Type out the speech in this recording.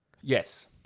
Yes